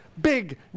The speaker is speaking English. big